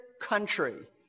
country